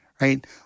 right